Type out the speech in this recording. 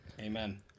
amen